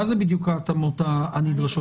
מה זה בדיוק ההתאמות הנדרשות?